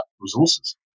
resources